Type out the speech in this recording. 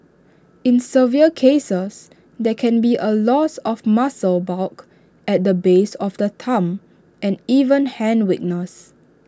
in severe cases there can be A loss of muscle bulk at the base of the thumb and even hand weakness